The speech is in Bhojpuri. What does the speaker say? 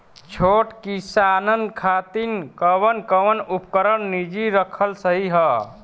छोट किसानन खातिन कवन कवन उपकरण निजी रखल सही ह?